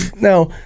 Now